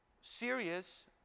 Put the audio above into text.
serious